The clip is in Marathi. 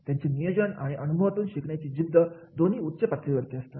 त्यांचे नियोजन आणि अनुभवातून शिकण्याची जिद्द दोन्ही उच्च पातळीवर आहेत